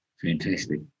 Fantastic